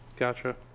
Gotcha